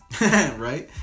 Right